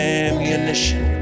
ammunition